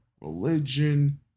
religion